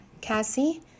cassie